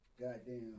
Goddamn